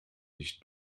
nicht